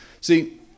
See